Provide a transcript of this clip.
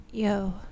Yo